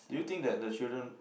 do you think that the children